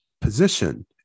position